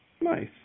Nice